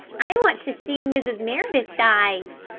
i want to see mrs. meredith dive.